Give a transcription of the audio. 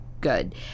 good